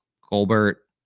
Colbert